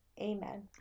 Amen